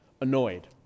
annoyed